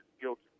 guilty